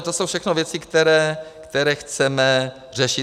To jsou všechno věci, které chceme řešit.